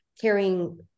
carrying